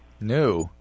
New